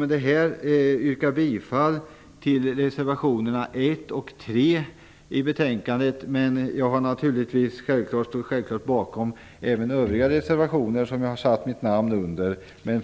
Med detta yrkar jag bifall till reservationerna 1 och 3 i betänkandet. Men självklart står jag bakom övriga reservationer som jag undertecknat.